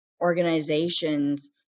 organizations